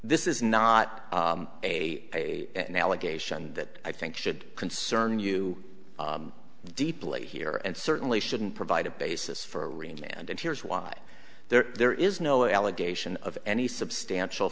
this is not a a an allegation that i think should concern you deeply here and certainly shouldn't provide a basis for a range and here's why there there is no allegation of any substantial